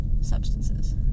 substances